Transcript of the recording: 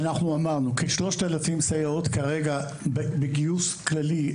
תשובה במספרים.) אמרנו כ-3,000 סייעות כרגע בגיוס כללי.